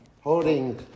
Holding